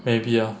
very easy ah